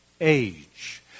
age